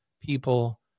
people